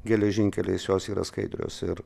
geležinkeliais jos yra skaidrios ir